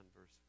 verse